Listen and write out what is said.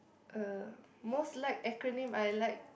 uh most liked acronym I like